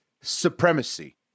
supremacy